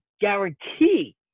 guarantee